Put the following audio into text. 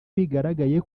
bigaragaye